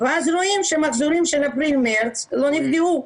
ואז רואים שהמחזורים של אפריל-מרץ לא נפגעו.